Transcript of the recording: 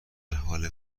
حال